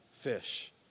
fish